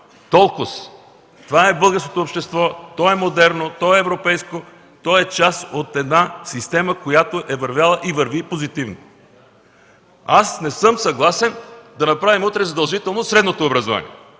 Толкоз! Това е българското общество, то е модерно, то е европейско, то е част от една система, която е вървяла и върви позитивно. Аз не съм съгласен да направим утре задължително средното образование.